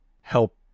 help